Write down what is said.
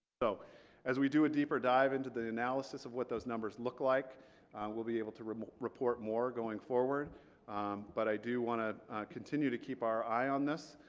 so as we do a deeper dive into the analysis of what those numbers look like we'll be able to report report more going forward but i do want to continue to keep our eye on this.